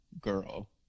girl